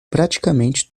praticamente